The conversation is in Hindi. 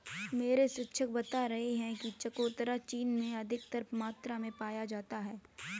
मेरे शिक्षक बता रहे थे कि चकोतरा चीन में अधिक मात्रा में पाया जाता है